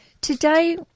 Today